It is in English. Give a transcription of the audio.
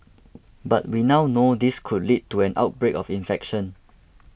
but we now know this could lead to an outbreak of infection